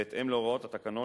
בהתאם להוראות התקנון